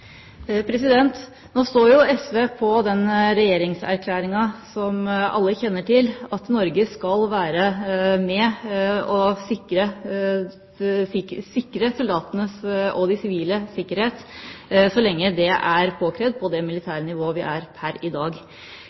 Nå står jo SV på den regjeringserklæringa som alle kjenner til, at Norge skal være med og sikre soldatenes og de siviles trygghet så lenge det er påkrevd, på det militære nivået vi er på pr. i dag.